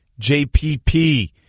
JPP